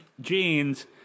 jeans